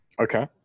Okay